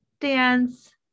dance